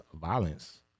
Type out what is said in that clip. violence